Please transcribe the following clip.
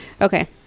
Okay